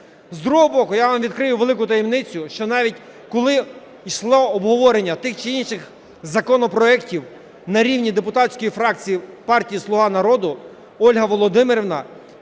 З другого боку, я вам відкрию велику таємницю, що навіть, коли йшло обговорення тих чи інших законопроектів на рівні депутатської фракції партії "Слуга народу", Ольга Володимирівна